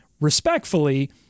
respectfully